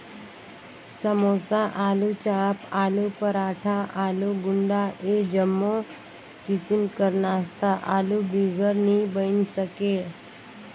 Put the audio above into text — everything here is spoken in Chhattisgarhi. समोसा, आलूचाप, आलू पराठा, आलू गुंडा ए जम्मो किसिम कर नास्ता आलू बिगर नी बइन सके